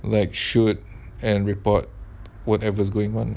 like shoot and report whatever's going on